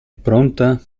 pronta